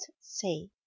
say